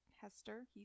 Hester